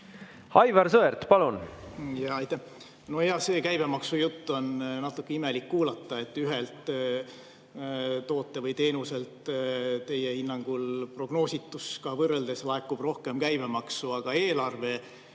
Aivar Sõerd, palun! Aitäh! Seda käibemaksujuttu on natuke imelik kuulata, et ühelt tootelt või teenuselt teie hinnangul prognoosituga võrreldes laekub rohkem käibemaksu. Ma ei